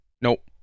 Nope